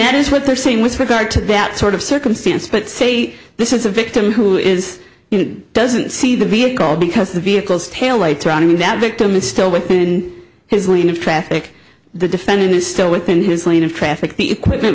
that is what they're saying with regard to that sort of circumstance but say this is a victim who is in doesn't see the vehicle because the vehicles taillights running in that victim is still within his lane of traffic the defendant is still within his lane of traffic the equipment